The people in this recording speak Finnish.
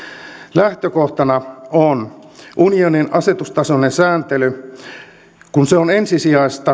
lähtökohtana on unionin asetustasoinen sääntely ja koska se on ensisijaista